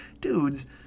Dudes